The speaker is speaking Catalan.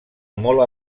molt